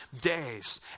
days